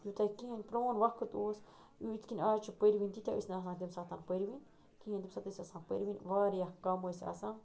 تیوٗتاہ کِہیٖنٛۍ پرون وقت اوس یِتھ کِن آز چھ پروٕنۍ تیٖتیاہ ٲسۍ نہٕ آسان تَمہِ ساتن پٔروٕنۍ کِہیٖنۍ تَمہِ ساتن ٲسۍ آسان پٔروٕنۍ وارِیاہ کَم ٲسۍ آسان